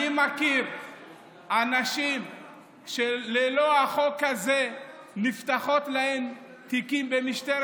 אני מכיר אנשים שללא החוק הזה נפתחים להם תיקים במשטרת